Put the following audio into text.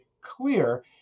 clear